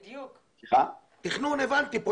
תכנון, הבנתי.